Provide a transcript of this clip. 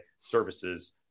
Services